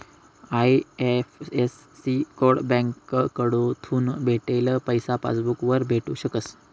IFSC code बँककडथून भेटेल पैसा पासबूक वरच भेटू शकस